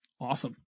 Awesome